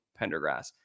Pendergrass